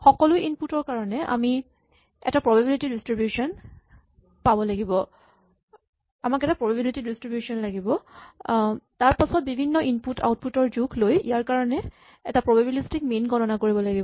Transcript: সকলো ইনপুট ৰ কাৰণে আমাক এটা প্ৰবেলিটী ডিস্ট্ৰিবিউচন লাগিব তাৰপাচত বিভিন্ন ইনপুট আউটপুট ৰ জোখ লৈ ইয়াৰ কাৰণে এটা প্ৰবেলিস্টিক মীন গণনা কৰিব লাগিব